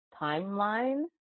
timeline